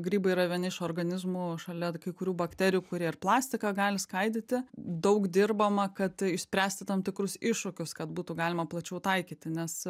grybai yra vieni iš organizmų šalia kai kurių bakterijų kurie ir plastiką gali skaidyti daug dirbama kad išspręsti tam tikrus iššūkius kad būtų galima plačiau taikyti nes